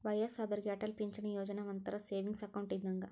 ವಯ್ಯಸ್ಸಾದೋರಿಗೆ ಅಟಲ್ ಪಿಂಚಣಿ ಯೋಜನಾ ಒಂಥರಾ ಸೇವಿಂಗ್ಸ್ ಅಕೌಂಟ್ ಇದ್ದಂಗ